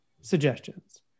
suggestions